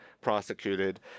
prosecuted